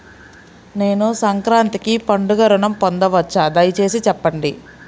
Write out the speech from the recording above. నేను సంక్రాంతికి పండుగ ఋణం పొందవచ్చా? దయచేసి చెప్పండి?